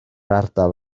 ardal